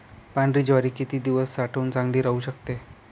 पांढरी ज्वारी किती दिवस साठवून चांगली राहू शकते?